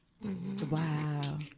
Wow